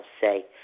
say